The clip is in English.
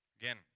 Again